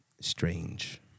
Strange